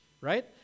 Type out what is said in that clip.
right